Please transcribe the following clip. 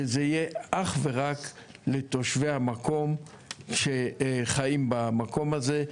שזה יהיה אך ורק לתושבי המקום שחיים במקום הזה.